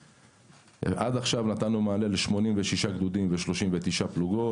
עד עכשיו נתנו מענה ל-86 גדודים ו-39 פלוגות.